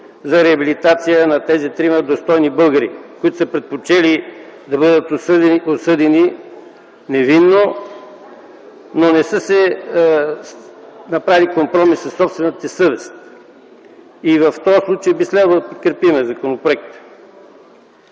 за реабилитация на тези трима достойни българи, които са предпочели да бъдат осъдени невинно, но не са направили компромис със собствената си съвест. В този случай би следвало да подкрепим законопроекта.